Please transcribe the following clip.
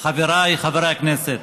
חבריי חברי הכנסת,